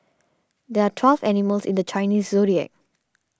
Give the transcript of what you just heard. there are twelve animals in the Chinese zodiac